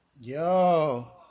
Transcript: Yo